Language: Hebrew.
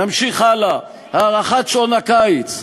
נמשיך הלאה: הארכת שעון הקיץ.